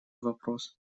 вопрос